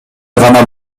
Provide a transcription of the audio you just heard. гана